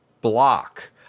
block